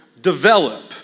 develop